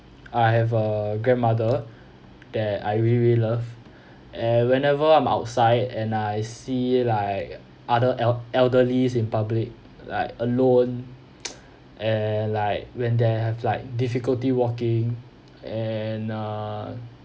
I have a grandmother that I really love and whenever I'm outside and I see like other el~ elderlies in public like alone and like when they have like difficulty walking and err